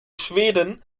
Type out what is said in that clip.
schweden